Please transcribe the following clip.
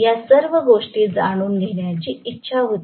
या सर्व गोष्टी जाणून घेण्याची इच्छा होती